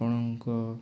ଆପଣଙ୍କ